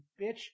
bitch